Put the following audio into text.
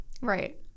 Right